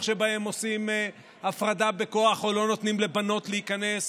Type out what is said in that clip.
שבהם עושים הפרדה בכוח או לא נותנים לבנות להיכנס,